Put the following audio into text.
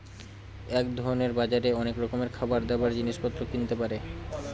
এক ধরনের বাজারে অনেক রকমের খাবার, দাবার, জিনিস পত্র কিনতে পারে